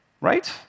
right